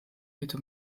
mitte